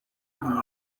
inkingo